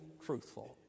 truthful